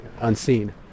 unseen